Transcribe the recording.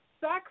sex